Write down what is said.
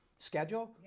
Schedule